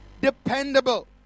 dependable